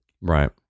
Right